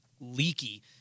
leaky